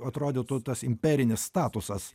atrodytų tas imperinis statusas